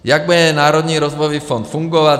Jak bude Národní rozvojový fond fungovat?